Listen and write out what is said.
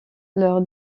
leur